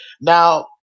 Now